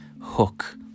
hook